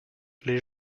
les